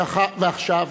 ועכשיו,